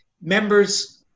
members